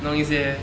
弄一些